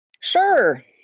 Sure